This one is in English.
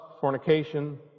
fornication